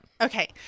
Okay